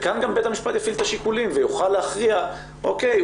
כאן גם בית המשפט יפעיל את השיקולים ויוכל להכריע: אוקיי,